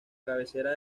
cabecera